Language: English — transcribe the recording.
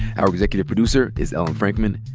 our executive producer is ellen frankman.